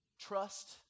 trust